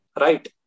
Right